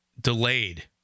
delayed